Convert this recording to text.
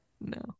No